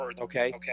okay